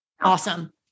Awesome